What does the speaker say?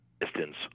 distance